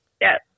Yes